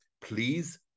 please